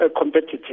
competitive